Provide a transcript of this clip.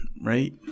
right